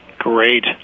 Great